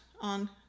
on